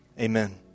Amen